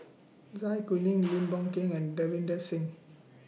Zai Kuning Lim Boon Keng and Davinder Singh